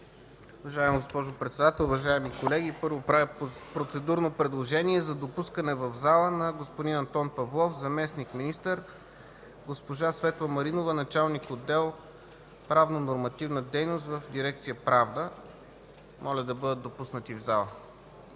Уважаема госпожо Председател, уважаеми колеги! Първо правя процедурно предложение за допускане в залата на господин Антон Павлов – заместник-министър, госпожа Светла Маринова – началник-отдел „Правно-нормативна дейност” в дирекция „Правна”. Моля да бъдат допуснати в залата.